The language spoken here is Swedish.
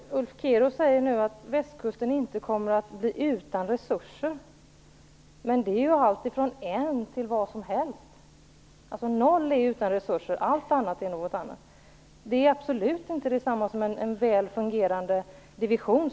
Herr talman! Ulf Kero säger nu att västkusten inte kommer att bli utan resurser. Men det kan ju innebära allt från 1 krona till nästan vad som helst. Inga resurser innebär noll, allt annat är vad som helst. Det är absolut inte detsamma som en väl fungerande division.